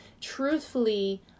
Truthfully